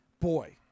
boy